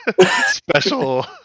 special